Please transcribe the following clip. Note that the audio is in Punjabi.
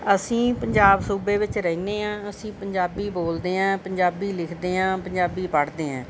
ਅਸੀਂ ਪੰਜਾਬ ਸੂਬੇ ਵਿੱਚ ਰਹਿਦੇ ਹਾਂ ਅਸੀਂ ਪੰਜਾਬੀ ਬੋਲਦੇ ਹਾਂ ਪੰਜਾਬੀ ਲਿਖਦੇ ਹਾਂ ਪੰਜਾਬੀ ਪੜ੍ਹਦੇ ਹਾਂ